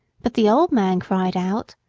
but the old man cried out,